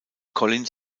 collins